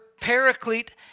paraclete